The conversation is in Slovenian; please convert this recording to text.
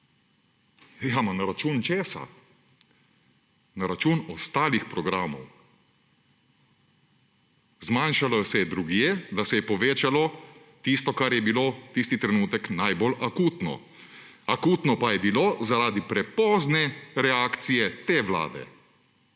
na račun česa? Na račun ostalih programov! Zmanjšalo se je drugje, da se je povečalo tisto, kar je bilo tisti trenutek najbolj akutno. Akutno pa je bilo zaradi prepozne reakcije te vlade,